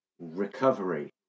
recovery